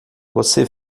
você